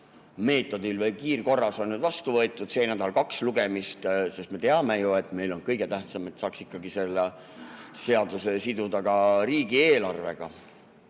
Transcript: kiirmeetodil või kiirkorras on vastu võetud – see nädal kaks lugemist –, sest me teame ju, et meile on kõige tähtsam, et saaks ikkagi selle seaduse siduda ka riigieelarvega.